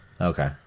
Okay